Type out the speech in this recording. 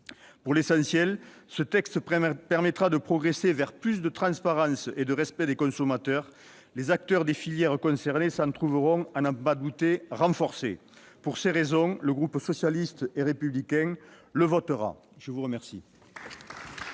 Pour l'essentiel, ce texte permettra de progresser vers plus de transparence et de respect des consommateurs. Les acteurs des filières concernées s'en trouveront, à n'en pas douter, renforcés. Pour ces raisons, le groupe socialiste et républicain le votera. La parole